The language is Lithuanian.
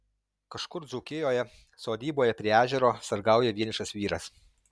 kažkur dzūkijoje sodyboje prie ežero sargauja vienišas vyras